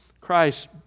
Christ